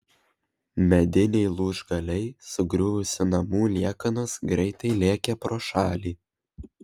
mediniai lūžgaliai sugriuvusių namų liekanos greitai lėkė pro šalį